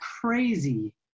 crazy